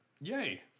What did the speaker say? yay